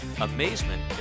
amazement